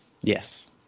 Yes